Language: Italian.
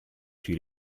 sui